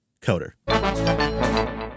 coder